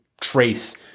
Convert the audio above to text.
trace